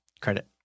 credit